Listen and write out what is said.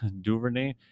Duvernay